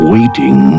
Waiting